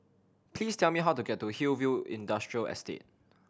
please tell me how to get to Hillview Industrial Estate